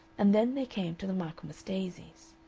and then they came to the michaelmas daisies.